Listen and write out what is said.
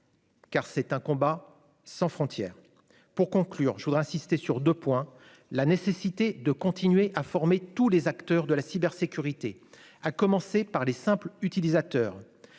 Car c'est un combat sans frontières pour conclure, je voudrais insister sur 2 points : la nécessité de continuer à former tous les acteurs de la cybersécurité, à commencer par les simples utilisateurs